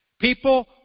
people